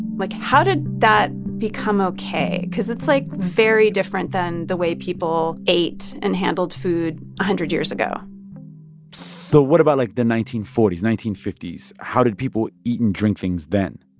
like, how did that become ok? because it's, like, very different than the way people ate and handled food one hundred years ago so what about, like, the nineteen forty s, nineteen fifty s? how did people eat and drink things then?